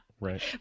right